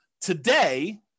Today